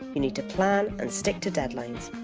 you need to plan and stick to deadlines.